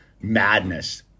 madness